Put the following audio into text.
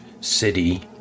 city